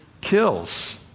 kills